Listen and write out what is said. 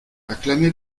acclamé